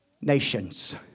nations